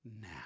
now